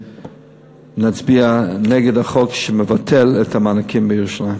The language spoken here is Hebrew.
שנצביע נגד החוק שמבטל את המענקים בירושלים.